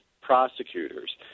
prosecutors